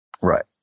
Right